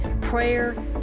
prayer